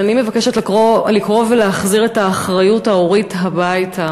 ואני מבקשת לקרוא ולהחזיר את האחריות ההורית הביתה.